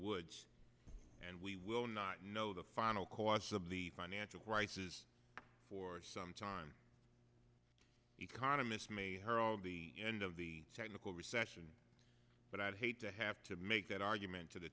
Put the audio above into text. woods and we will not know the final cause of the financial crisis for some time economists may her all the end of the technical recession but i'd hate to have to make that argument to the